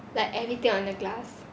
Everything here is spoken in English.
like everything on the glass